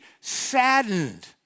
saddened